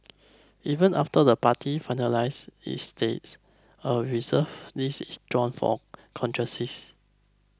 even after the party finalises its slate a Reserve List is drawn for contingencies